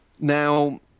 Now